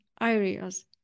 areas